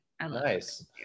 Nice